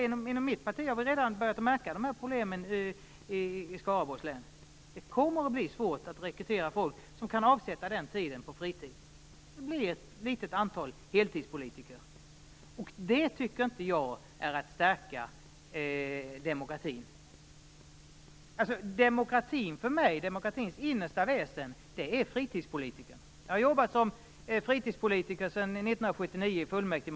I mitt parti har vi redan börjat märka de här problemen i Skaraborgs län. Det kommer att bli svårt att rekrytera folk som kan avsätta tid av sin fritid. Det blir ett litet antal heltidspolitiker. Det tycker inte jag är att stärka demokratin. Demokratins innersta väsen är för mig fritidspolitikern. Jag har jobbat som fritidspolitiker i fullmäktige i Mariestad sedan 1979.